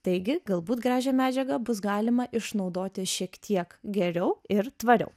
taigi galbūt gražią medžiagą bus galima išnaudoti šiek tiek geriau ir tvariau